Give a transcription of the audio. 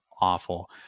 awful